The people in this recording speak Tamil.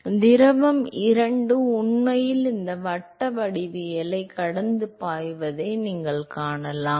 எனவே திரவம் இரண்டு உண்மையில் இந்த வட்ட வடிவவியலைக் கடந்து பாய்வதை நீங்கள் காணலாம்